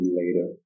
later